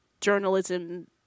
journalism